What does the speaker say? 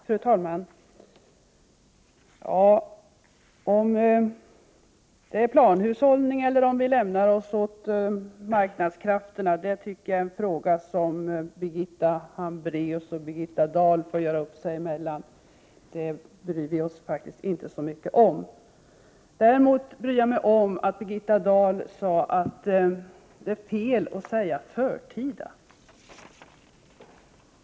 Fru talman! Om det blir planhushållning eller om vi lämnar oss åt marknadskrafterna är en fråga som Birgitta Hambraeus och Birgitta Dahl får göra upp sinsemellan, det bryr vi oss faktiskt inte så mycket om. Däremot bryr jag mig om att Birgitta Dahl sade att det är fel att säga ”förtida”.